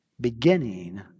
beginning